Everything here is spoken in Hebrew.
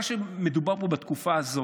מה שמדובר פה הוא שבתקופה הזאת,